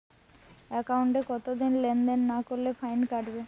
একাউন্টে কতদিন লেনদেন না করলে ফাইন কাটবে?